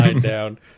down